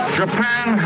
japan